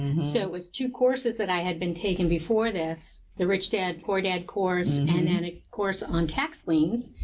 so it was two courses that i had been taken before this, the rich dad, poor dad course and and a course on tax liens.